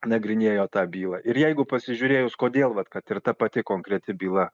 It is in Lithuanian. nagrinėjo tą bylą ir jeigu pasižiūrėjus kodėl vat kad ir ta pati konkreti byla